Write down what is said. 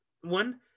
one